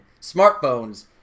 smartphones